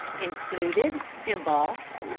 and fluted, embossed,